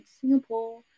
Singapore